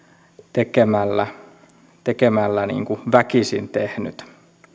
tekemällä tekemällä väkisin tehnyt